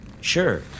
Sure